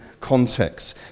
context